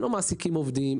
הם לא מעסיקים עובדים,